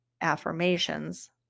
affirmations